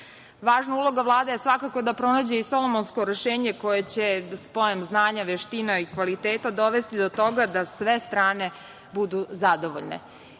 uloga Vlade je svakako da pronađe i solomonsko rešenje koje će spojem znanja, veštine i kvaliteta dovesti do toga da sve strane budu zadovoljne.